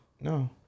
No